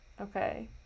okay